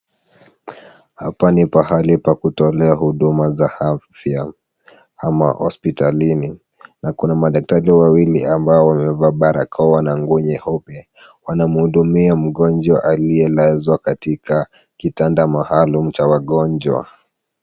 Hapa ni pahali pa kutolea huduma za afya ama hospitalini na kuna daktari wawili ambao wamevaa barakoa na nguo nyeupe wanamhudumia mgonjwa aliyelazwa katika kitanda maalum cha wagonjwa.